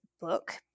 book